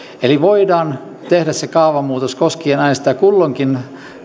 eli voidaan tehdä se kaavamuutos koskien aina sitä kulloinkin